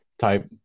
type